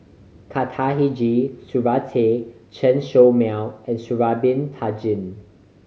Khatijah Surattee Chen Show Mao and Sha'ari Bin Tadin